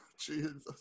Jesus